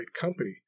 company